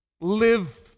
live